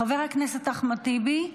חבר הכנסת אחמד טיבי,